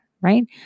right